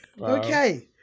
Okay